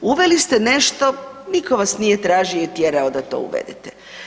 Uveli ste nešto, niko vas nije tražio i tjerao da to uvedete.